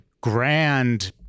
grand